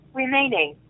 remaining